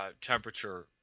temperature